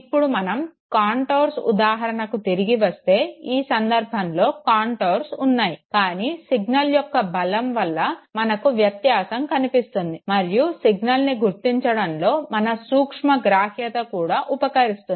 ఇప్పుడు మన కాంటోర్స్ ఉదాహరణకు తిరిగి వస్తే ఈ సంధర్భంలో కాంటోర్స్ ఉన్నాయి కానీ సిగ్నల్ యొక్క బలం వల్ల మనకు వ్యత్యాసం కనిపిస్తుంది మరియు సిగ్నల్ని గుర్తించడంలో మన సూక్ష్మగ్రాహ్యత కూడా ఉపకరిస్తుంది